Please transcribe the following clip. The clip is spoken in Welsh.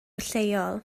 lleol